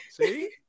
see